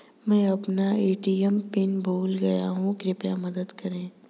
मैं अपना ATM PIN भूल गया हूँ कृपया मदद करें